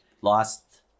lost